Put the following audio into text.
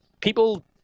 People